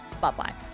bye-bye